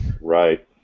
Right